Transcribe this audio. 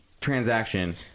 transaction